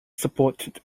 supported